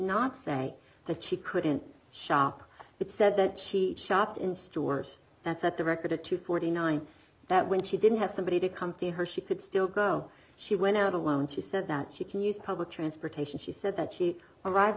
not say that she couldn't shop but said that she shopped in stores that at the record at two hundred and forty nine that when she didn't have somebody to come to her she could still go she went out alone she said that she can use public transportation she said that she arrived